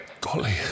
Golly